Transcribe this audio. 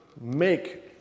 make